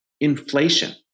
inflation